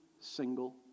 single